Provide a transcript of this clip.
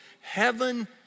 heaven